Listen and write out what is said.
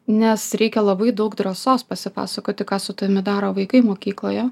nes reikia labai daug drąsos pasipasakoti ką su tavimi daro vaikai mokykloje